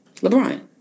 LeBron